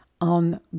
on